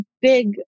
big